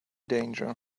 danger